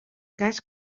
cas